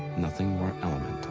nothing more elemental.